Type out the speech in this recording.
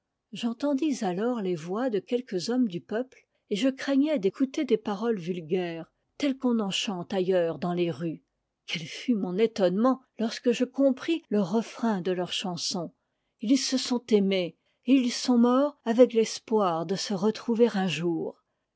j'entendis alors les voix de quelques hommes du peuple et je craignais d'écouter des paroles vulgaires telles qu'on en chante ailleurs dans les rues quel fut mon étonnement lorsque je compris le refrain de leur chanson ils se sont aimés et ils sont morts avec l'espoir de se retrouver un jour